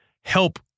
help